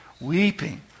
weeping